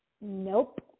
Nope